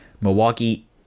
Milwaukee